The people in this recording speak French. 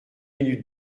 minutes